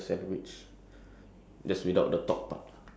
ya that's an in~ interesting like story